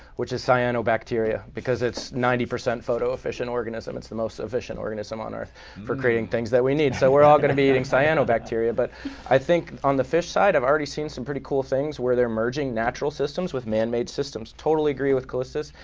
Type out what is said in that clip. which is cyanobacteria, because it's a ninety percent photoefficient organism. it's the most efficient organism on earth for creating things that we need. so we're all going to be eating cyanobacteria. but i think on the fish side i've already seen some pretty cool things where they're merging natural systems systems with man-made systems. totally agree with calestous,